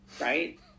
right